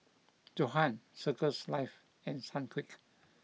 Johan Circles Life and Sunquick